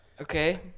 okay